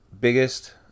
biggest